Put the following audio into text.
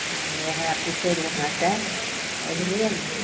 हँ इएहे पुछय अहाँसँ बुझलियै ने